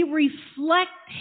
reflect